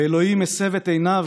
ואלוהים הסב את עיניו,